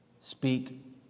Speak